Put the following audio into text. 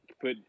put